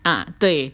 ah 对